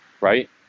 right